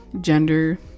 gender